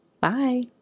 Bye